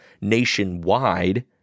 nationwide